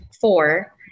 four